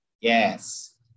Yes